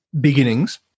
beginnings